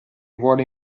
vuole